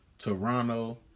Toronto